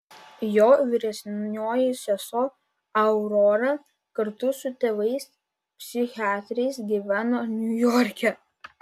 jo vyresnioji sesuo aurora kartu su tėvais psichiatrais gyveno niujorke